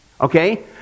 Okay